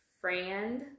friend